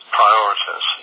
priorities